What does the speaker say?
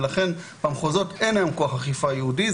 ולכן במחוזות אין כוח אכיפה ייעודי היום,